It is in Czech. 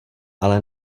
ale